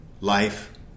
life